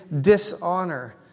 dishonor